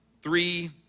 three